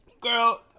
girl